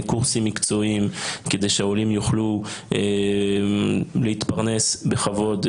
קורסים מקצועיים כדי שהעולים יוכלו להתפרנס בכבוד,